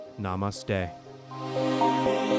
Namaste